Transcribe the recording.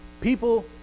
People